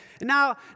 Now